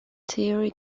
theory